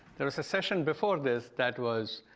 there was a session before this that was